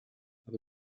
aber